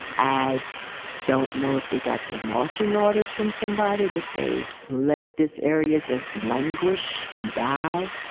i don't know if they got their marching orders from somebody to say, let this area just languish and die,